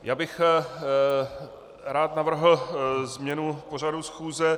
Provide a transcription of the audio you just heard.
Já bych rád navrhl změnu pořadu schůze.